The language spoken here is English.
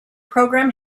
program